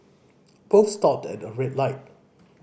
both stopped at a red light